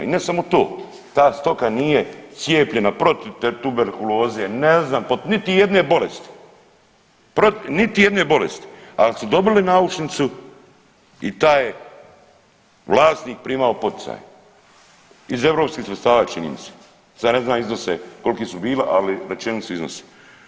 I ne samo to, ta stoka nije cijepljena protiv tuberkuloze, ne znam, od niti jedne bolesti, niti jedne bolesti, al su dobili naušnicu i taj je vlasnik primao poticaje iz europskih sredstava čini mi se, sad ne znam iznose kolki su bili, ali većinom su iznosi.